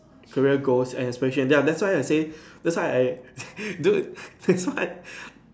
career goals and especially and then ya that's why I say that's why I dude that's why